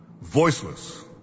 voiceless